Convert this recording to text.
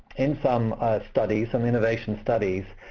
in some studies, some innovation studies,